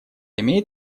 имеет